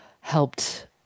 helped